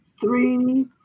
three